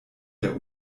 der